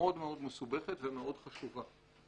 מאוד מאוד מסובכת ומאוד חשובה.